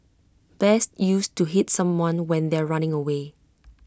best used to hit someone when they are running away